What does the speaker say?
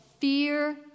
fear